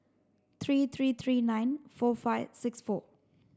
three three three nine four five six four